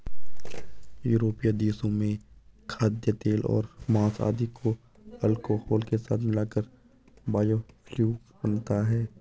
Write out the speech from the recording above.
यूरोपीय देशों में खाद्यतेल और माँस आदि को अल्कोहल के साथ मिलाकर बायोफ्यूल बनता है